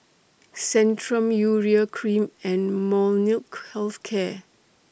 Centrum Urea Cream and Molnylcke Health Care